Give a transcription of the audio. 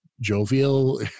jovial